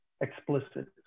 explicit